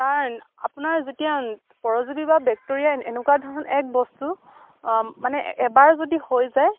কাৰণ আপোনাৰ যেতিয়া পৰজীৱী বা বেক্টেৰীয়া এনেকুৱা ধৰণৰ এক বস্তু মানে এবাৰ যদি হৈ যায়